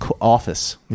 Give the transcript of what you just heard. office